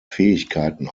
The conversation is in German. fähigkeiten